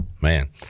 man